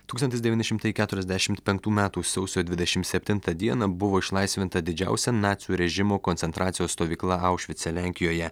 tūkstantis devyni šimtai keturiasdešimt penktų metų sausio dvidešimt septintą dieną buvo išlaisvinta didžiausia nacių režimo koncentracijos stovykla aušvice lenkijoje